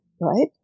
right